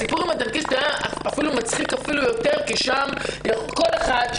הסיפור עם הטנקיסטים היה מצחיק אפילו יותר כי שם כל אחד,